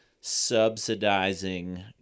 subsidizing